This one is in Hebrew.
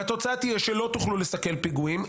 והתוצאה תהיה שלא תוכלו לסכל פיגועים,